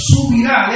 Subirá